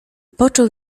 począł